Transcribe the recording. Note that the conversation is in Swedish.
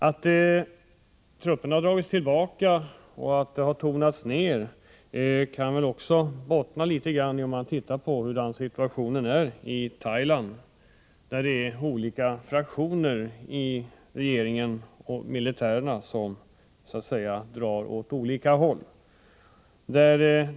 Att trupperna dragits tillbaka och tvisten tonats ned kan också bottna i situationen i Thailand, där olika fraktioner i regeringen och bland militären drar åt olika håll.